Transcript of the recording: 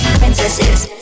princesses